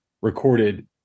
recorded